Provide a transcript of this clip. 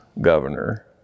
governor